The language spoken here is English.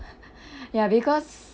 ya because